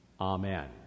Amen